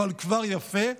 אבל כבר יפה,